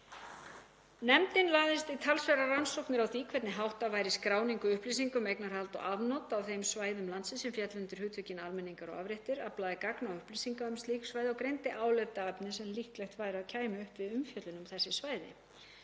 Nefndin lagðist í talsverðar rannsóknir á því hvernig háttað væri skráningu upplýsinga um eignarhald og afnot af þeim svæðum landsins sem féllu undir hugtökin almenningar og afréttir, aflaði gagna og upplýsinga um slík svæði og greindi álitaefni sem líklegt væri að kæmu upp við umfjöllun um þessi svæði.